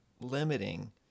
limiting